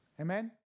Amen